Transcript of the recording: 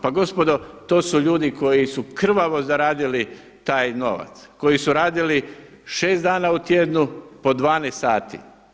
Pa gospodo to su ljudi koji su krvavo zaradili taj novac, koji su radili 6 dana u tjednu po 12 sati.